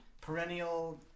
Perennial